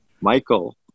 Michael